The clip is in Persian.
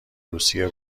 روسیه